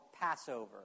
Passover